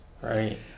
Right